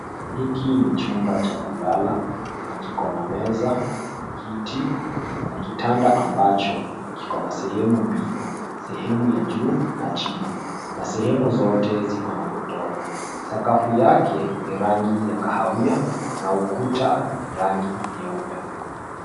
Hiki ni chumba cha kulala na kiko na meza, kiti na kitanda ambacho kiko na sehemu mbil, sehemu ya juu na chini na sehemu zote ziko na godoro. Sakafu yake ni rangi ya kahawia na ukuta ni rangi nyeupe.